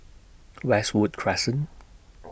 Westwood Crescent